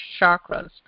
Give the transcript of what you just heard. chakras